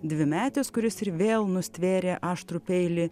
dvimetis kuris ir vėl nustvėrė aštrų peilį